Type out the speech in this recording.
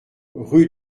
rue